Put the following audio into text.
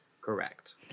correct